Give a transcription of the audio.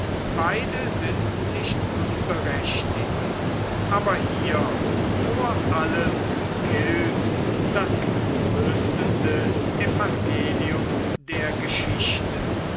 beide sind nicht unberechtigt aber hier vor allem gilt das tröstende evangelium der geschichte